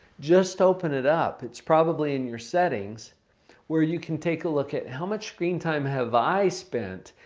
just open it up. it's probably in your settings where you can take a look at how much screen time have i spent?